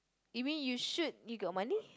you mean you shoot you got money